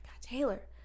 Taylor